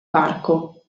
parco